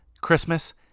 Christmas